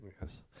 Yes